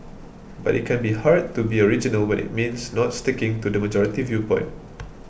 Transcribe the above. but it can be hard to be original when it means not sticking to the majority viewpoint